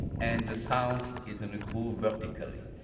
and the sound is in a groove vertically,